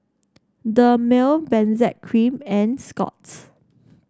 Dermale Benzac Cream and Scott's